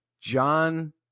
John